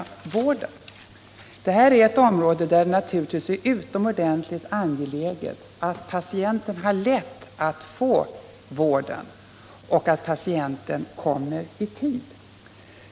Det här är ett område där det naturligtvis är utomordentligt angeläget att patienten har lätt att få vård och att patienten kommer i tid.